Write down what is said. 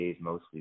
mostly